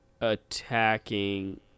attacking